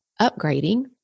upgrading